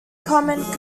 common